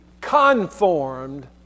conformed